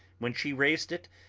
when she raised it,